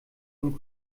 und